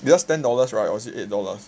yours ten dollars right or was it eight dollars